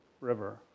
River